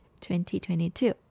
2022